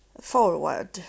forward